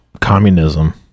communism